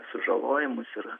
sužalojimus ir